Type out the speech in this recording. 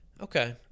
Okay